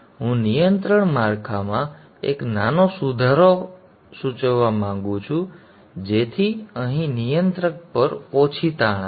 હું નિયંત્રણ માળખામાં એક નાનો સુધારો સૂચવવા માંગું છું જેથી અહીં નિયંત્રક પર ઓછી તાણ આવે